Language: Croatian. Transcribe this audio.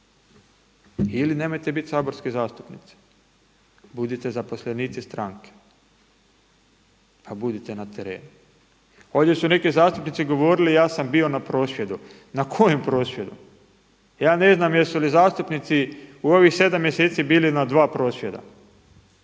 ili nemojte biti saborski zastupnici, budite zaposlenici stranke pa budite na terenu. Ovdje su neki zastupnici govorili ja sam bio na prosvjedu. Na kojem prosvjedu? Ja ne znam jesu li zastupnici u ovih 7 mjeseci bili na dva prosvjeda.